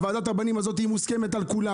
שהיא מוסכמת על כולם.